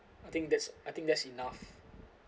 I think that's I think that's enough